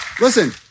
Listen